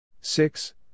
six